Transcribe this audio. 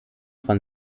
von